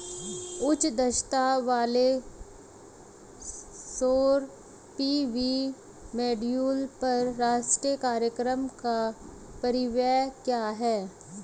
उच्च दक्षता वाले सौर पी.वी मॉड्यूल पर राष्ट्रीय कार्यक्रम का परिव्यय क्या है?